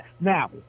Now